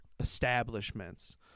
establishments